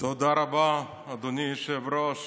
תודה רבה, אדוני היושב-ראש.